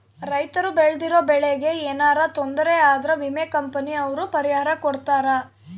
ರೈತರು ಬೆಳ್ದಿರೋ ಬೆಳೆ ಗೆ ಯೆನರ ತೊಂದರೆ ಆದ್ರ ವಿಮೆ ಕಂಪನಿ ಅವ್ರು ಪರಿಹಾರ ಕೊಡ್ತಾರ